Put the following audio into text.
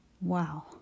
Wow